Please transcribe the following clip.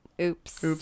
oops